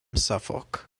suffolk